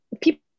people